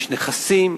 יש נכסים,